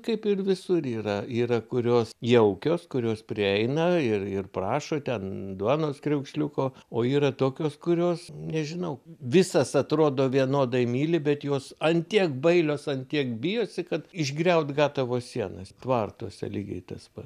kaip ir visur yra yra kurios jaukios kurios prieina ir ir prašo ten duonos kriaukšliuko o yra tokios kurios nežinau visas atrodo vienodai myli bet jos ant tiek bailios ant tiek bijosi kad išgriaut gatavos sienas tvartuose lygiai tas pa